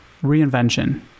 reinvention